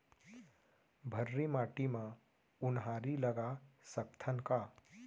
भर्री माटी म उनहारी लगा सकथन का?